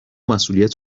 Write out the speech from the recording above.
مسئولیت